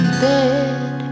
bed